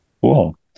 Cool